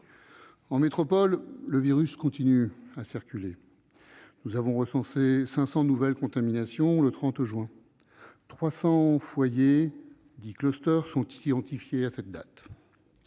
En métropole, le virus continue de circuler. Nous avons recensé 500 nouvelles contaminations le 30 juin ; 300 foyers, ou « clusters », sont identifiés à cette date.